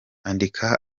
andika